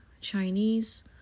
Chinese